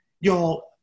y'all